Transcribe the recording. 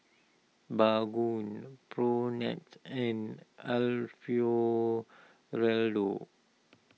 Baggu Propnex and Alfio Raldo